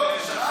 לא, כי שאלתם.